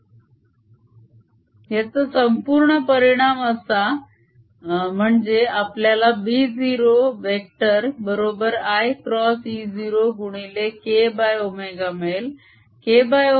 Ekcoskx ωt iE0 ∂B∂t B0∂tsinkx ωt ωB0coskx ωt संपूर्ण परिणाम म्हणजे आपल्याला B0 वेक्टर बरोबर i क्रॉस E0 गुणिले kω मिळेल